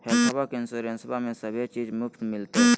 हेल्थबा के इंसोरेंसबा में सभे चीज मुफ्त मिलते?